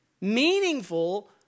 meaningful